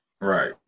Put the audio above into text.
Right